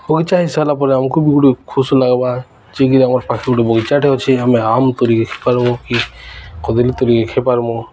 ବଗିଚା ହେଇ ସାରିଲା ପରେ ଆମକୁୁ ଗୋଟେ ଖୁସି ଲାଗ୍ବା ଯେକିରି ଆମ ପାଖେ ଗୋଟେ ବଗିଚାଟେ ଅଛ ଆମେ ଆମ ତୋଳିକି ଖାଏ ପାରମୁ କି କଦଳୀ ତୋଳିକି ଖାଏପାରମୁ